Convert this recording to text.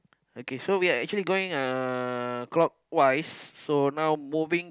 okay so we're actually going uh clockwise so now moving